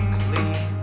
clean